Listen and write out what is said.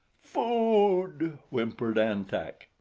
food! whimpered an-tak.